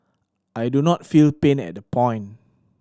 I do not feel pain at that point